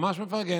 ממש מפרגן.